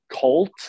cult